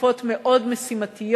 תקופות מאוד משימתיות,